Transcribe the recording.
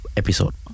episode